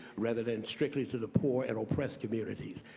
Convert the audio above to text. rather than strictly to the poor and owe pressed communities.